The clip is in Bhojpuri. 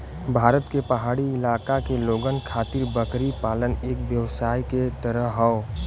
भारत के पहाड़ी इलाका के लोगन खातिर बकरी पालन एक व्यवसाय के तरह हौ